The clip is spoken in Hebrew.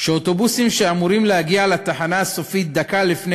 שאוטובוסים אמורים להגיע לתחנה הסופית דקה לפני